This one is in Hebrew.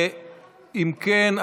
אם כן,